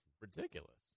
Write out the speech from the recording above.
ridiculous